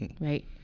right